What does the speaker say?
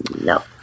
No